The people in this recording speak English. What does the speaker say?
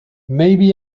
maybe